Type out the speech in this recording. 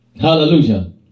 Hallelujah